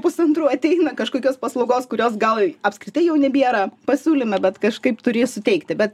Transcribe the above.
pusantrų ateina kažkokios paslaugos kurios gal apskritai jau nebėra pasiūlyme bet kažkaip turi suteikti bet